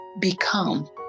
become